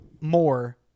more